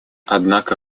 однако